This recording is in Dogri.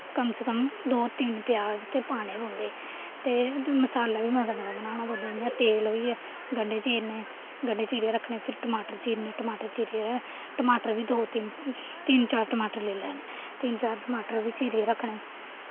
कम से कम दो तिन्न प्याज ते पाने पौंदे ते मसाला बी मता मता बनाना पौंदा जि'यां तेल बी गंडे चीरने गंडे चीरियै रखने फिर टमाटर चीरने टमाटर चीरियै टमाटर बी दो तिन्न तिन्न चार टमाटर लै लैने तिन्न चार टमाटर बी चीरियै रखने